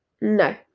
No